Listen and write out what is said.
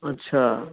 ਅੱਛਾ